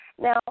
Now